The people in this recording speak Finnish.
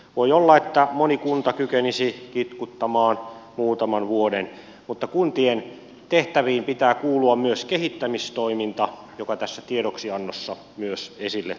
voi olla että moni kunta kykenisi kitkuttamaan muutaman vuoden mutta kuntien tehtäviin pitää kuulua myös kehittämistoiminta joka tässä tiedoksiannossa myös esille tuodaan